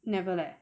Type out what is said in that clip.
never leh